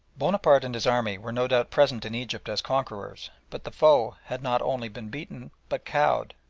bonaparte and his army were no doubt present in egypt as conquerors, but the foe had not only been beaten but cowed,